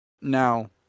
Now